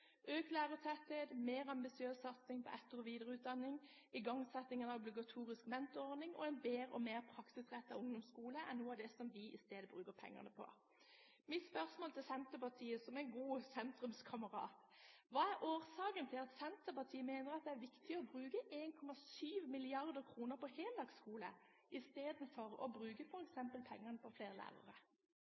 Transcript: Økt lærertetthet, mer ambisiøs satsing på etter- og videreutdanning, igangsetting av obligatorisk mentorordning og en bedre og mer praksisrettet ungdomsskole er noe av det som vi i stedet bruker pengene på. Mitt spørsmål til Senterpartiet, som en god sentrumskamerat, er: Hva er årsaken til at Senterpartiet mener at det er viktig å bruke 1,7 mrd. kr på heldagsskole, istedenfor å bruke pengene på f.eks. flere lærere?